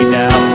now